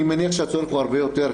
אני מניח שהצורך הוא הרבה יותר.